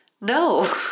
No